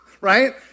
Right